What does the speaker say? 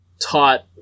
taught